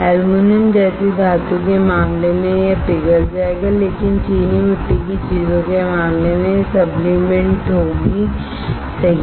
aluminium जैसी धातु के मामले में यह पिघल जाएगा लेकिन चीनी मिट्टी की चीजों के मामले में यह सबलीमेट होंगी सही